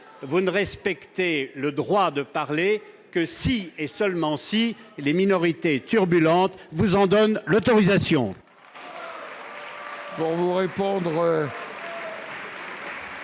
vous ne respectez le droit de parler que si, et seulement si, les minorités turbulentes en donnent l'autorisation